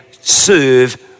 serve